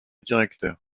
directeur